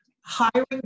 hiring